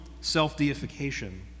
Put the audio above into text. self-deification